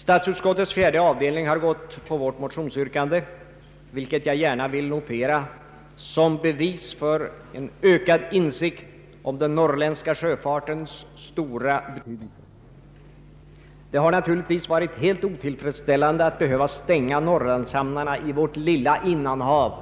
Statsutskottets fjärde avdelning har biträtt vårt motionsyrkande, vilket jag gärna vill notera som bevis för ökad insikt om den norrländska sjöfartens stora betydelse. Det har naturligtvis varit helt otillfredsställande att behöva stänga Norrlandshamnarna i vårt lilla innanhav,